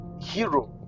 Hero